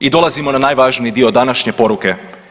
I dolazimo na najvažniji dio današnje poruke.